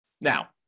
Now